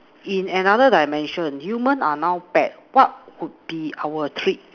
in another dimension human are not bad what would be our treat